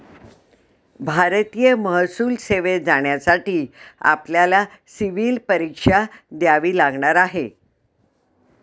भारतीय महसूल सेवेत जाण्यासाठी आपल्याला सिव्हील परीक्षा द्यावी लागणार आहे